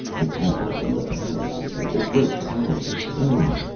the temples and the palaces, and the great towers of stone!